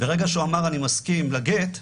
ברגע שהוא אמר, אני מסכים לגט,